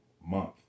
month